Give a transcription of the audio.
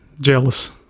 jealous